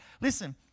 listen